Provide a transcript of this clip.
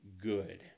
good